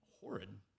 horrid